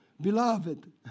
beloved